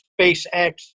SpaceX